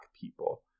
people